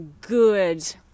good